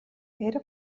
era